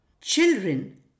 Children